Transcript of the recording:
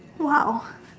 !wow!